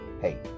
hey